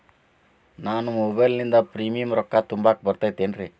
ನಾನು ಮೊಬೈಲಿನಿಂದ್ ಪ್ರೇಮಿಯಂ ರೊಕ್ಕಾ ತುಂಬಾಕ್ ಬರತೈತೇನ್ರೇ?